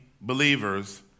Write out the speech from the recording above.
believers